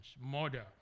Murder